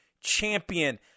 champion